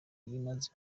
imaze